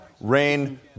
rain